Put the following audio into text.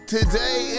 Today